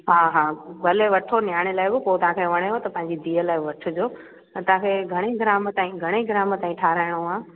हा हा भले वठो नियाणे लाइ बि पोइ तव्हांखे वणेव त पंहिंजी धीअ लाइ वठिजो ऐं तव्हांखे घणे ग्राम ताईं घणे ग्राम ताईं ठाराइणो आहे